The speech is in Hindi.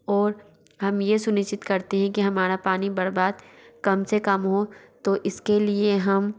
और हम ये सुनिश्चित करते हैं कि हमारा पानी बर्बाद कम से कम हो तो इसके लिए हम